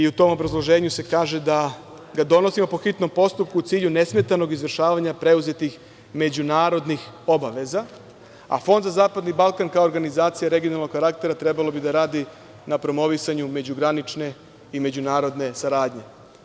U tom obrazloženju se kaže da ga donosimo po hitnom postupku u cilju nesmetanog izvršavanja preuzetih međunarodnih obaveza, a Fond za zapadni Balkan kao organizacija regionalnog karaktera trebalo bi da radi na promovisanju međugranične i međunarodne saradnje.